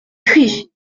cri